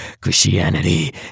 Christianity